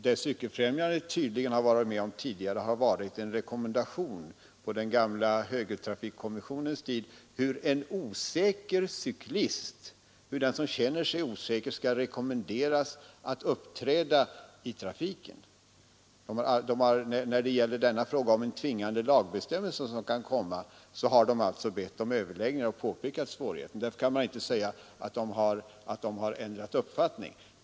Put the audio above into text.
Det som Cykeloch mopedfrämjandet tydligen varit med om tidigare har varit en rekommendation på den gamla högertrafikkommissionens tid hur den cyklist som känner sig osäker bör uppträda i trafiken. När det gäller denna tvingande lagbestämmelse som kan komma har Cykeloch mopedfrämjandet alltså bett om överläggningar och pekat på svårigheterna. Därför kan man inte säga att Cykeloch mopedfrämjandet har ändrat uppfattning.